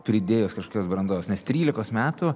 pridėjus kažkokios brandos nes trylikos metų